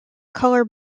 color